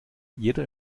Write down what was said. jeder